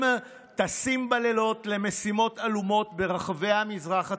הם טסים בלילות למשימות עלומות ברחבי המזרח התיכון.